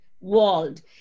walled